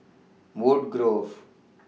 Woodgrove